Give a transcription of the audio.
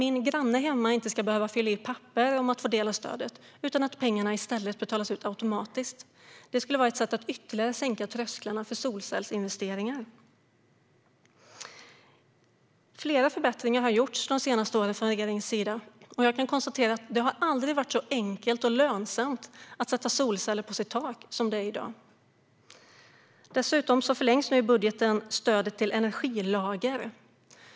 Min granne hemma ska inte behöva fylla i papper för att få del av stödet, utan pengarna ska i stället betalas ut automatiskt. Det skulle vara ett sätt att ytterligare sänka trösklarna för solcellsinvesteringar. Flera förbättringar har gjorts de senaste åren från regeringens sida. Jag kan konstatera att det aldrig har varit så enkelt och lönsamt att sätta solceller på sitt tak som det är i dag. Dessutom förlängs nu i budgeten stödet till energilager.